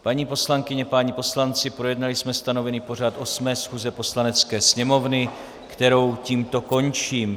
Paní poslankyně, páni poslanci, projednali jsme stanovený pořad osmé schůze Poslanecké sněmovny, kterou tímto končím.